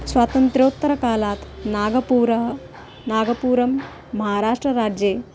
स्वातन्त्र्योत्तरकालात् नागपुरं नागपुरं महाराष्ट्रराज्ये